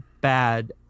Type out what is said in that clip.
bad